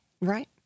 Right